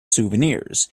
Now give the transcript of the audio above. souvenirs